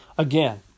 Again